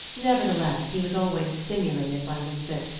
nevertheless, he was always stimulated by winsett,